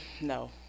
No